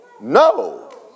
no